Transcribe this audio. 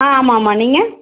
ஆ ஆமாம் ஆமாம் நீங்கள்